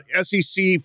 SEC